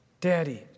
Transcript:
Daddy